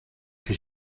que